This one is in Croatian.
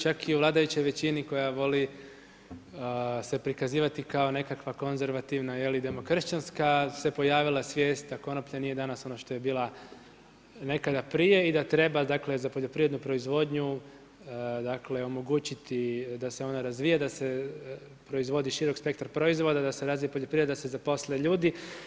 Čak i u vladajućoj većini koja voli se prikazivati kao nekakva konzervativna, demokršćanska se pojavila svijest da konoplja nije danas ono što je bilo nekada prije i da treba dakle, za poljoprivrednu proizvodnju omogućiti da se ona razvija, da se proizvodi širok spektar proizvoda, da se razvija poljoprivreda, da se zaposle ljudi.